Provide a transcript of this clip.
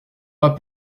pas